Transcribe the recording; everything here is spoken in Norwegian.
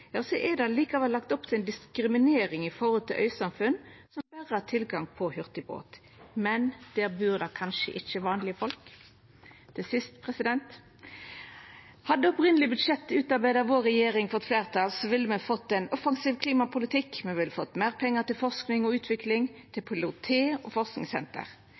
er det likevel lagt opp til ei diskriminering av øysamfunn som berre har tilgang på hurtigbåt. Men der bur det kanskje ikkje vanlege folk? Til sist: Hadde det opphavlege budsjettet utarbeidd av vår regjering fått fleirtal, ville me ha fått ein offensiv klimapolitikk, me ville ha fått meir pengar til forsking og utvikling, til Pilot-T og forskingssenter,